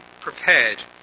prepared